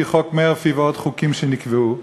לפי חוק מרפי ועוד חוקים שנקבעו,